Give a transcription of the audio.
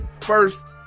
first